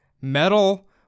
metal